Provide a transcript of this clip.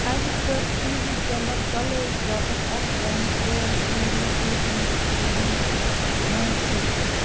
أمۍ كٔر TV channel Colors باپتھ اَکھ dance reality TV show ٹٹِنگس کووِنَس منٛز شِركت